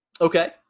Okay